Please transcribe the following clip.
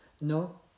No